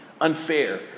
unfair